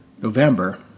November